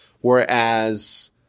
Whereas